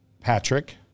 Patrick